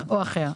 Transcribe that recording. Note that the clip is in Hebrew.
או אחר.